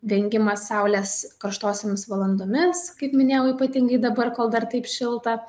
vengimas saulės karštosiomis valandomis kaip minėjau ypatingai dabar kol dar taip šilta